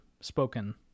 spoken